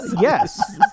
yes